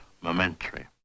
momentary